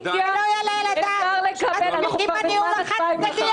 לא יעלה על הדעת הדיון החד-צדדי הזה.